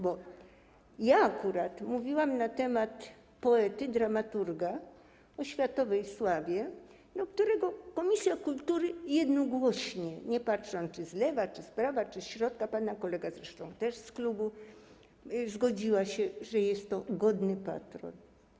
Bo ja akurat mówiłam na temat poety, dramaturga o światowej sławie, co do którego komisja kultury jednogłośnie, nie patrząc, czy z lewa, czy z prawa, czy ze środka, pana kolega zresztą z klubu też, zgodziła się, że jest to godny patron.